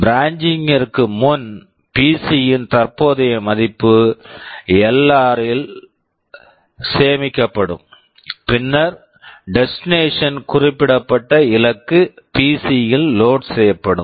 branching branching ற்கு முன் PC PC -ன் தற்போதைய மதிப்பு எல்ஆர் LR ஆர்14 r14 இல் சேமிக்கப்படும் பின்னர் டெஸ்டினேஷன் destination குறிப்பிடப்பட்ட இலக்கு பிசி PC -யில் லோட் load செய்யப்படும்